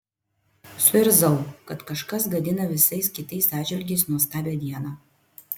suirzau kad kažkas gadina visais kitais atžvilgiais nuostabią dieną